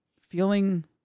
feeling